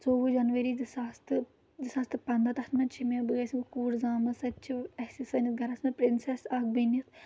ژووُہ جَنؤری زٕ ساس تہٕ زٕ ساس تہٕ پنٛداہ تَتھ منٛز چھِ مےٚ بٲے سٕنٛز کوٗر زامٕژ سۄ تہِ چھِ اَسہِ سٲنِس گَرَس منٛز پرٛنسٮ۪س اَکھ بٔنِتھ